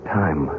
time